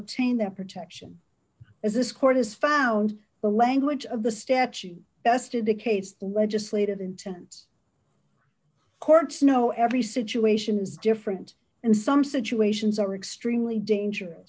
obtain their protection as this court has found the language of the statute yes to the case legislative interns courts know every situation is different and some situations are extremely dangerous